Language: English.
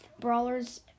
Brawlers